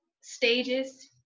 stages